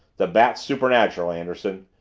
the bat's supernatural, anderson.